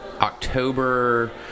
October